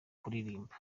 kuririmba